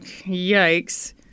Yikes